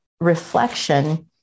reflection